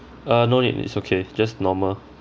uh no need it's okay just normal